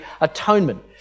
atonement